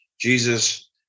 Jesus